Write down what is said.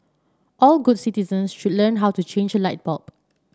all good citizens should learn how to change a light bulb